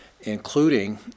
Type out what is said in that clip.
including